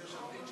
ביש עתיד,